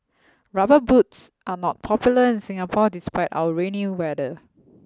rubber boots are not popular in Singapore despite our rainy weather